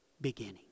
beginning